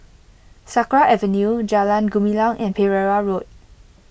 Sakra Avenue Jalan Gumilang and Pereira Road